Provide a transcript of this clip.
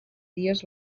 dies